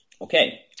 Okay